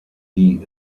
die